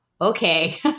Okay